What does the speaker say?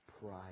pride